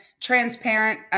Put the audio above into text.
transparent